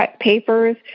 papers